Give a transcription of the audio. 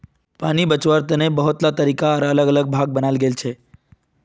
पानी बचवार तने बहुतला तरीका आर अलग अलग भाग बनाल गेल छे